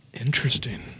interesting